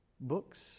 books